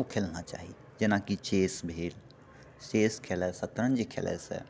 ओ खेलना चाही जेनाकि चेस भेल चेस खेलयसँ शतरञ्ज खेलयसँ